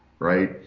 Right